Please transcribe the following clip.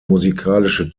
musikalische